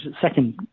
second